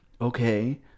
Okay